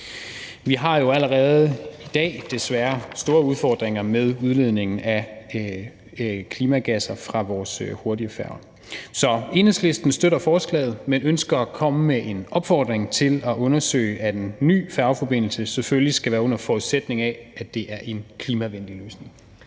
desværre allerede i dag store udfordringer med udledningen af klimagasser fra vores hurtigfærger. Så Enhedslisten støtter forslaget, men ønsker at komme med en opfordring til, at etableringen af en ny færgeforbindelse selvfølgelig skal ske, under forudsætning af at det er en klimavenlig løsning.